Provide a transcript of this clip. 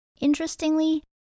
Interestingly